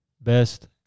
best